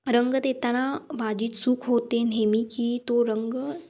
रंग देताना माझी चूक होते नेहमी की तो रंग